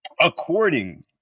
according